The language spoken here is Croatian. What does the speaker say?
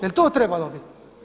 Jel' to trebalo bit?